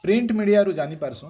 print ମିଡ଼ିଆରୁ ଜାଣିପାରୁଛ